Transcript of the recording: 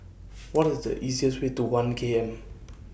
What IS The easiest Way to one K M